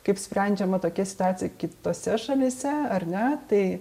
kaip sprendžiama tokia situacija kitose šalyse ar ne tai